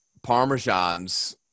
parmesans